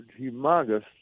humongous